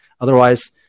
otherwise